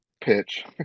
pitch